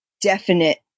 definite